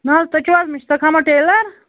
نہَ حظ تُہۍ چھِو حظ مشتاق احمد ٹیلر